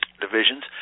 divisions